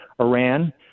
Iran